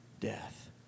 death